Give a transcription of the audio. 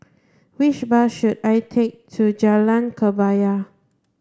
which bus should I take to Jalan Kebaya